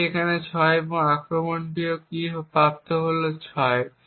এটি এখানে 6 এবং আক্রমণটিও কী প্রাপ্ত হল 6